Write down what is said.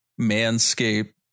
manscape